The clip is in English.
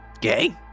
Gay